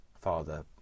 father